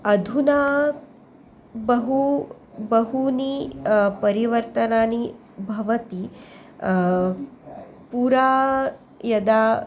अधुना बहु बहूनि परिवर्तनानि भवन्ति पुरा यदा